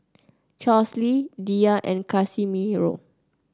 Charlsie Diya and Casimiro